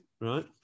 right